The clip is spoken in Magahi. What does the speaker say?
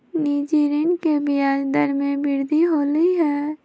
निजी ऋण के ब्याज दर में वृद्धि होलय है